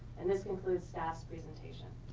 and this concludes staff's presentation.